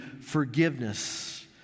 forgiveness